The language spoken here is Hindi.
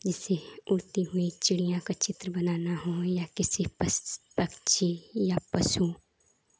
उसी उड़ती हुई चिड़ियाँ का चित्र बनाना हो या किसी प पक्षी या पशु